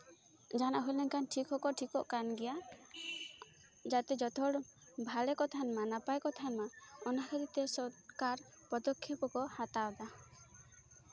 ᱡᱟᱦᱟᱱᱟᱜ ᱦᱩᱭ ᱞᱮᱱᱠᱷᱟᱱ ᱴᱷᱤᱠ ᱦᱚᱸᱠᱚ ᱴᱷᱤᱠᱚᱜ ᱠᱟᱱ ᱜᱮᱭᱟ ᱡᱟᱛᱮ ᱡᱚᱛᱚ ᱦᱚᱲ ᱵᱷᱟᱜᱮ ᱠᱚ ᱛᱟᱦᱮᱸᱱ ᱢᱟ ᱱᱟᱯᱟᱭ ᱠᱚ ᱛᱟᱦᱮᱸᱱ ᱢᱟ ᱚᱱᱟ ᱠᱷᱟᱹᱛᱤᱨ ᱛᱮ ᱥᱚᱨᱠᱟᱨ ᱯᱚᱫᱚᱠᱷᱮᱯ ᱦᱚᱸᱠᱚ ᱦᱟᱛᱟᱣᱫᱟ